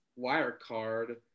Wirecard